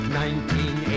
1980